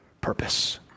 purpose